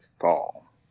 fall